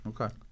Okay